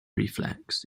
reflex